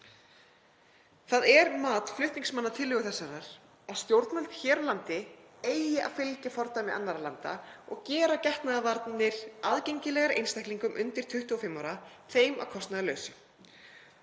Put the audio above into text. Það er mat flutningsmanna tillögu þessarar að stjórnvöld hér á landi eigi að fylgja fordæmi annarra landa og gera getnaðarvarnir aðgengilegar einstaklingum undir 25 ára þeim að kostnaðarlausu.